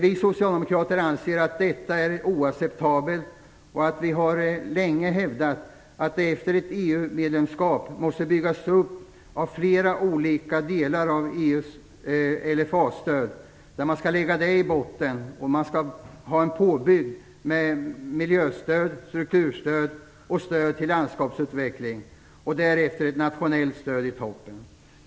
Vi socialdemokrater anser att detta är oacceptabelt. Vi har länge hävdat att det i och med ett EU medlemskap måste byggas upp flera olika delar med EU:s LFA-stöd. De skall ligga i botten påbyggda med miljöstöd, strukturstöd och stöd till landskapsutveckling och därefter ett nationellt stöd i toppen.